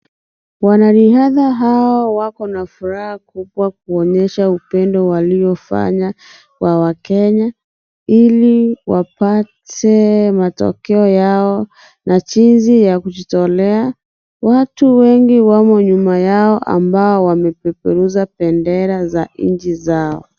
Wanariadha hawa wako na furaha kubwa kuonyesha upendo waliofanya kwa wakenya ili wapate matokeo yao na jinsi ya kujitolea. Watu wengi wamo nyuma yao ambao wamepeperusha bendera za nchi zao.